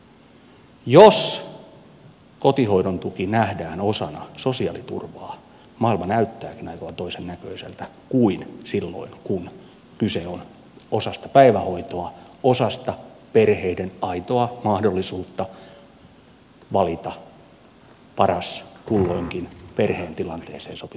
jos kotihoidon tuki nähdään osana sosiaaliturvaa maailma näyttää hieman toisennäköiseltä kuin silloin kun kyse on osasta päivähoitoa osasta perheiden aitoa mahdollisuutta valita paras kulloinkin perheen tilanteeseen sopiva päivähoitomuoto